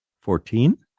Fourteen